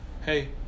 hey